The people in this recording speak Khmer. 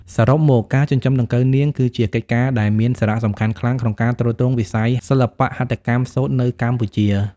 សរុបមក ការចិញ្ចឹមដង្កូវនាង គឺជាកិច្ចការដែលមានសារៈសំខាន់ខ្លាំងក្នុងការទ្រទ្រង់វិស័យសិល្បៈហត្ថកម្មសូត្រនៅកម្ពុជា។